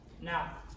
Now